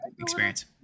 experience